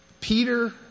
Peter